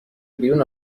بیرون